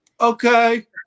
okay